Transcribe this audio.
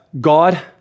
God